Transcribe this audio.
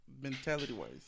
mentality-wise